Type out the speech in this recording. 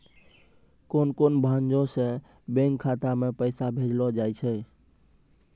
कोन कोन भांजो से बैंक खाता मे पैसा भेजलो जाय छै?